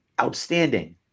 outstanding